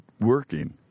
working